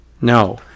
No